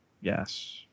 Yes